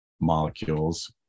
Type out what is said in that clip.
molecules